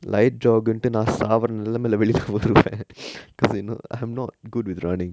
light joke ண்டு நா சாவுர நெலமைல வெளில வருவ:ndu na saavura nelamaila velila varuva because they know I'm not good with running